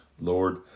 Lord